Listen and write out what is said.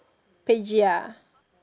Paige ah